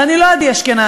אני לא עדי אשכנזי,